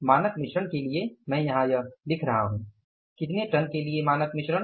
मानक मिश्रण के लिए मैं यहाँ लिख रहा हूँ कितने टन के लिए मानक मिश्रण